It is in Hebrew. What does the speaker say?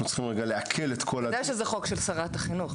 אנחנו צריכים רגע לעכל --- אתה יודע שזה חוק של שרת החינוך.